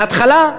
בהתחלה,